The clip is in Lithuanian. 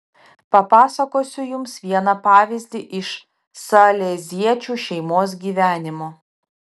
papasakosiu jums vieną pavyzdį iš saleziečių šeimos gyvenimo